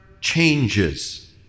changes